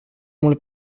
mult